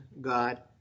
God